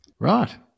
Right